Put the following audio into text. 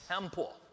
temple